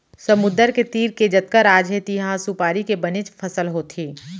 समुद्दर के तीर के जतका राज हे तिहॉं सुपारी के बनेच फसल होथे